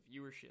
viewership